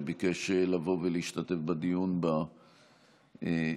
שביקש להשתתף בדיון בחוק.